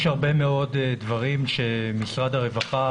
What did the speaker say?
יש הרבה מאוד דברים שמשרד הרווחה,